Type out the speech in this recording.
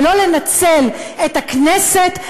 ולא לנצל את הכנסת,